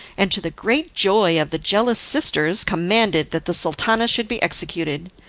and, to the great joy of the jealous sisters, commanded that the sultana should be executed.